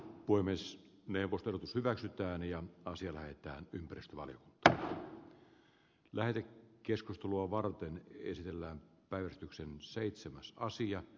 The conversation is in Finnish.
voi myös neuvottelut hyväksytään ja o sillä että ympäristövalio tähyää lähde keskustelua varten kysellään päivystyksen seitsemäs rastia